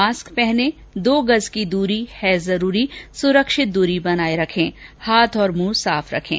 mask पहनें दो गज की दूरी है जरूरी सुरक्षित दूरी बनाए रखे हाथ और मुंह साफ रखें